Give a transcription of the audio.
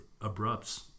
abrupts